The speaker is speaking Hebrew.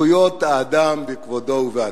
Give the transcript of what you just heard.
נציג זכויות האדם בכבודו ובעצמו,